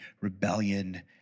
rebellion